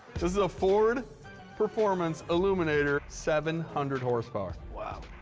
this is a ford performance aluminator, seven hundred horsepower. wow,